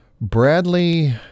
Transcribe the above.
Bradley